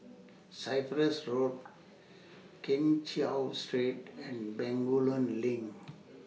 Cyprus Road Keng Cheow Street and Bencoolen LINK